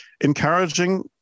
encouraging